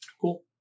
cool